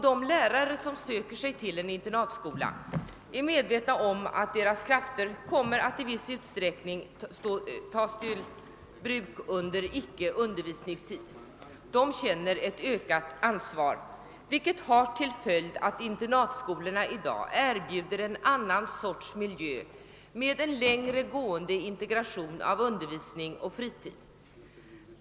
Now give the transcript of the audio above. De lärare som söker sig till en internatskola är medvetna om att deras krafter i viss utsträckning kommer att tas i anspråk under icke undervisningstid. De känner ett ökat ansvar, vilket har till följd att internatskolorna i dag erbjuder en annan sorts miljö med en längre gående integration av undervisning och fritid.